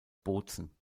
bozen